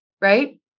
right